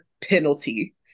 penalty